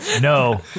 No